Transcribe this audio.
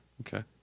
Okay